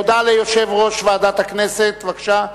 הודעה ליושב-ראש ועדת הכנסת, בבקשה.